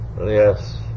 yes